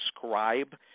subscribe